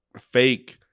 fake –